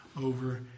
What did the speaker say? over